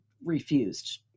refused